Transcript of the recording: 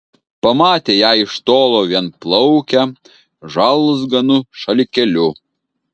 pamatė ją iš tolo vienplaukę žalzganu šalikėliu